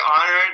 honored